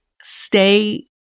stay